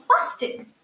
busted